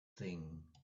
thing